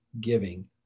giving